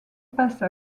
passe